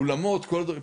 אולמות וכל הדברים.